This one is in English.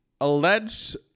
alleged